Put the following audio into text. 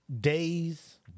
days